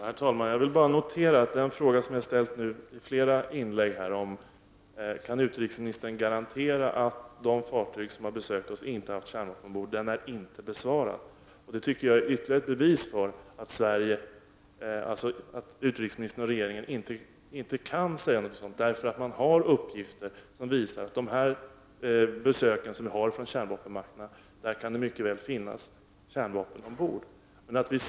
Herr talman! Jag kan bara notera att den fråga som jag nu har ställt i flera inlägg, om utrikesministern kan garantera att de fartyg som besökt oss inte har haft kärnvapen ombord, inte är besvarad. Det tycker jag är ytterligare ett bevis på att utrikesministern och regeringen inte kan säga något sådant, eftersom man har uppgifter som visar att vid besöken från kärnvapenmakterna kan det mycket väl finnas kärnvapen ombord på båtarna.